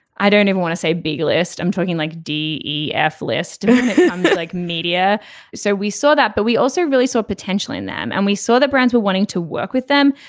i don't even want to say big list. i'm talking like d e f list like media so we saw that. but we also really saw potential in them and we saw that brands were wanting to work with them.